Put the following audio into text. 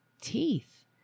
teeth